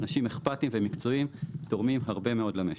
אנשים אכפתיים ומקצועיים תורמים הרבה מאוד למשק.